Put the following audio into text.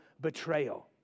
betrayal